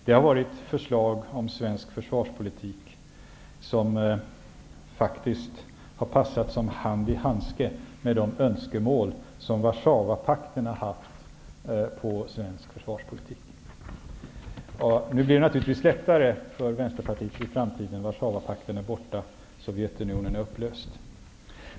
Det har varit förslag om svensk försvarspolitik som faktiskt har passat som hand i handske med de önskemål som Warszawapakten har haft på svensk försvarspolitik. Nu blir det naturligtvis lättare för Vänsterpartiet i framtiden. Warszawapakten är borta, och Sovjetunionen är upplöst.